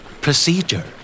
Procedure